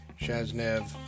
Shaznev